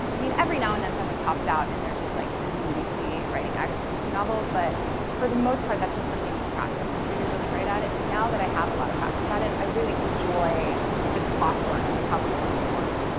i mean every now and then someone pops out and they're just like immediately writing agatha christie novels but for the most part that's just something you practice until you're really great at it. and now that i have a lot of practice at it i really enjoy the clockwork of how stories work.